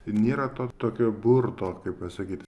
nėra to tokio burto kaip pasakyt